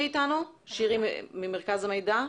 אלו נתונים ראשוניים,